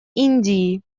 индии